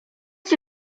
cię